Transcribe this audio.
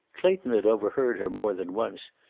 clayton had overheard her more than once,